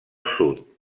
sud